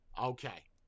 Okay